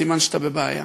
סימן שאתה בבעיה.